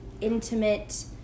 intimate